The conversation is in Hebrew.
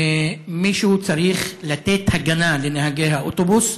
ומישהו צריך לתת הגנה לנהגי האוטובוס.